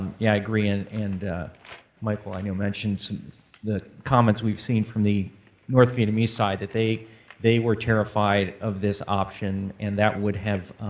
yeah i agree. and and michael i know mentions the comments we've seen from the north vietnamese side that they they were terrified of this option, and that would have